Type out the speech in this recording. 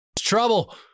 trouble